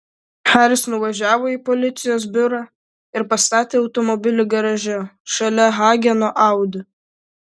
haris nuvažiavo į policijos biurą ir pastatė automobilį garaže šalia hageno audi